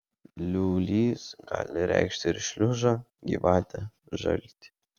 liūlys gali reikšti ir šliužą gyvatę žaltį